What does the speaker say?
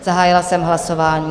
Zahájila jsem hlasování.